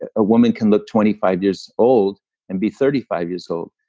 ah woman can look twenty five years old and be thirty five years old,